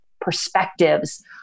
perspectives